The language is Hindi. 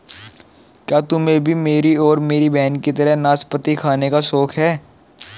क्या तुम्हे भी मेरी और मेरी बहन की तरह नाशपाती खाने का शौक है?